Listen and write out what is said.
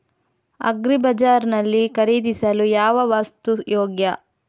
Agri bazaar ನಲ್ಲಿ ಖರೀದಿಸಲು ಯಾವ ವಸ್ತು ಯೋಗ್ಯ?